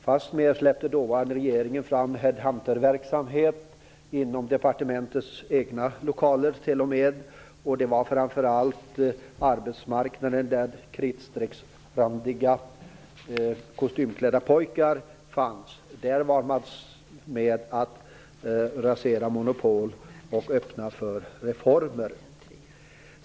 Fastmer släppte dåvarande regeringen fram headhunterverksamhet t.o.m. inom departementens egna lokaler. Det var framför allt den arbetsmarknad där pojkar klädda i kritstrecksrandiga kostymer fanns. Där var man med och raserade monopol och öppnade för reformer.